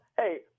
hey